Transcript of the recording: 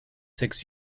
six